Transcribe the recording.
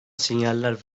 sinyaller